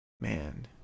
man